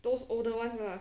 those older ones lah